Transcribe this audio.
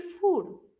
food